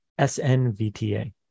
SNVTA